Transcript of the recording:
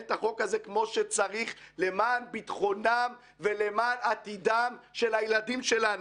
את החוק הזה כמו שצריך למען ביטחונם ולמען עתידם של הילדים שלנו.